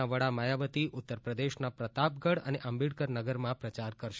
ના વડા માયાવતી ઉત્તરપ્રદેશના પ્રતાપગઢ અને આંબેડકરનગરમાં પ્રચાર કરશે